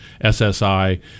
SSI